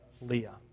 Leah